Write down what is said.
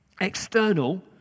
external